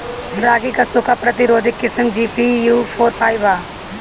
रागी क सूखा प्रतिरोधी किस्म जी.पी.यू फोर फाइव ह?